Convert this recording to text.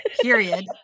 Period